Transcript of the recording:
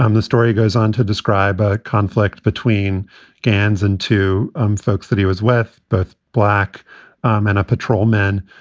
um the story goes on to describe a conflict between gan's and two um folks that he was with, both black men, a patrolmen.